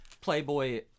Playboy